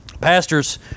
pastors